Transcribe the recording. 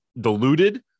diluted